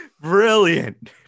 Brilliant